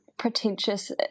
pretentious